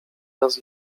raz